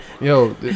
Yo